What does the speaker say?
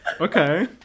Okay